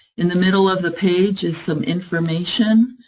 in the middle of the page is some information,